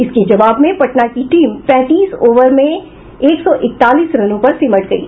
इसके जवाब में पटना की टीम पैंतीस ओवर में ही एक सौ इकतालीस रनों पर सिमट गयी